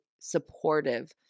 supportive